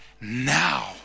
now